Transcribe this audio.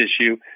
issue